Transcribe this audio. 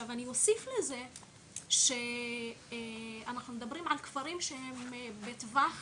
אני אוסיף לזה שאנחנו מדברים על כפרים שהם בטווח